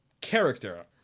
character